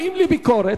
באים לביקורת.